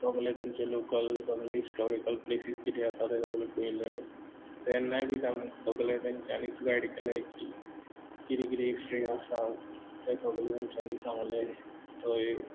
सोगले तेंचे लोकल सगले हिस्टॉरिकल प्लेसीस कितें आसा तें सगलें पयलें तेन्नाय बीन आमक सगलें तेंच्यानीच गायड केलें की कितें कितें हिस्ट्री आसा तें सगलें तेंच्यानी सांगलें थंय